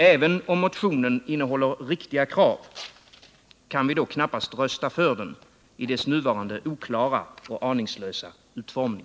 Även om motionen innehåller riktiga krav kan vi då knappast rösta för den i dess nuvarande oklara och aningslösa utformning.